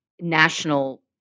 national